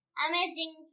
amazing